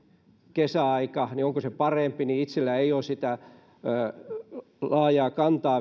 kesäaika parempi itselläni ei ole laajaa kantaa